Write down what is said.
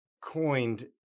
coined